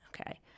Okay